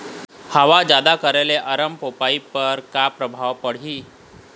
हवा जादा करे ले अरमपपई पर का परभाव पड़िही?